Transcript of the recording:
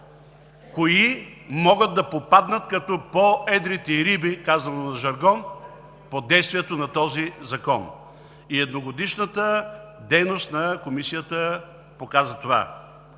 кои могат да попаднат като по-едри риби, казано на жаргон, под действието на този закон. И едногодишната дейност на Комисията показа това.